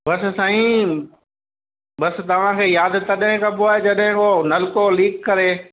बस साईं बस तव्हां खे यादि तॾहिं कबो आहे जॾहिं उहो नल्को लीक करे